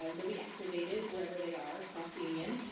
um they'll be activated, wherever they are, across the union.